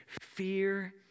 fear